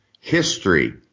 history